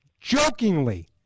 jokingly